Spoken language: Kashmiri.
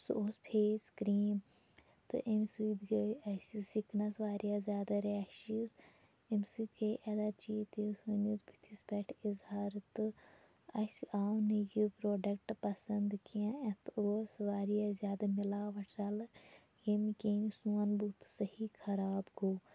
سُہ اوس پھیس کریٖم تہٕ اَمہِ سۭتۍ گٔے اَسہِ سِکنَس واریاہ زیادٕ ریشِز اَمہِ سۭتۍ گٔے ایٚلَرجی تہِ سٲنِس بِتھِس پیٚٹھ اِظہار تہٕ اَسہِ آو نہٕ یہِ پروڈَکٹ پَسَنٛد کینٛہہ اتھ اوس واریاہ زیادٕ مِلاوَٹھ رَلہٕ ییٚمہِ کِن سون بُتھ سہی خَراب گوٚو